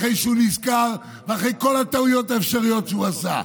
אחרי שהוא נזכר ואחרי כל הטעויות האפשריות שהוא עשה,